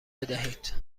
بدهید